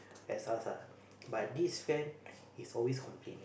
as us ah but this friend he's always complaining